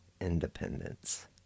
independence